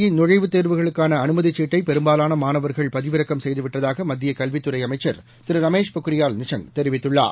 இ நுழைவுத் தேர்வுகளுக்காள அனுமதிச் சீட்டை பெரும்பாலான மாணவர்கள் பதிவிறக்கம் செய்துவிட்டதாக மத்திய கல்வித்துறை அமைச்சர் திரு ரமேஷ் பொக்ரியால் நிஷாங் தெரிவித்துள்ளார்